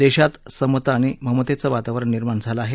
देशात समता आणि ममतेचं वातावरण निर्माण झालं आहे